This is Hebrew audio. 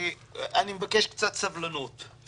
אני מבקש קצת סבלנות.